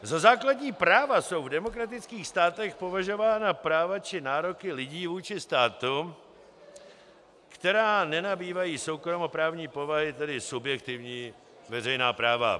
Za základní práva jsou v demokratických státech považována práva či nároky lidí vůči státu, která nenabývají soukromoprávní povahy, tedy subjektivní veřejná práva.